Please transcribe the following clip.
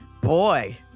Boy